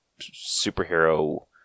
superhero